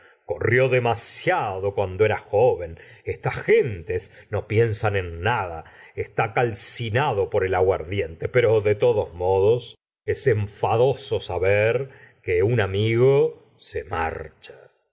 corrió demasiado cuando era joven estas gentes no piensan en nada está calcinado por el aguardiente pero de todos modos es enfadoso saber que un amigo se marcha